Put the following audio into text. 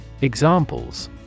Examples